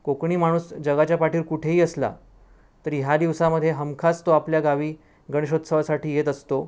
कोकणी माणूस जगाच्या पाठीवर कुठेही असला तरी ह्या दिवसामध्ये हमखास तो आपल्या गावी गणेशोत्सवासाठी येत असतो